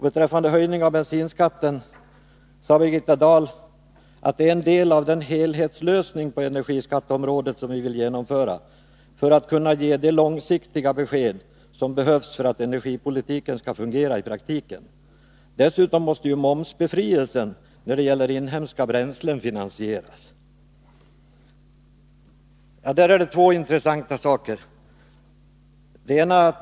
Beträffande höjning av bensinskatten sade Birgitta Dahl att den är ”en del av den helhetslösning på energiskatteområdet som vi vill genomföra för att kunna ge de långsiktiga besked som behövs för att energipolitiken skall fungera i praktiken. Dessutom måste ju momsbefrielsen när det gäller inhemska bränslen finansieras.” Där är det två intressanta saker.